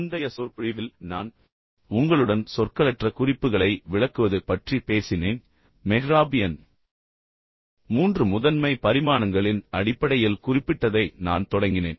முந்தைய சொற்பொழிவில் நான் உங்களுடன் சொற்களற்ற குறிப்புகளை விளக்குவது பற்றி பேசினேன் பின்னர் மெஹ்ராபியன் மூன்று முதன்மை பரிமாணங்களின் அடிப்படையில் குறிப்பிட்டதை நான் தொடங்கினேன்